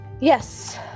Yes